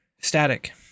static